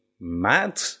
mad